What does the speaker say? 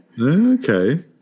okay